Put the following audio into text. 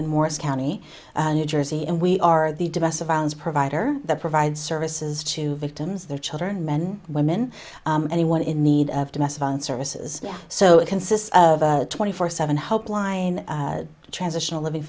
in morris county new jersey and we are the domestic violence provider that provides services to victims their children men women anyone in need of domestic violence services so it consists of a twenty four seven helpline transitional living